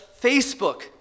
Facebook